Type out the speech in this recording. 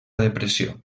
depressió